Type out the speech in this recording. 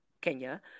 Kenya